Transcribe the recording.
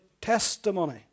testimony